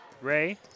Ray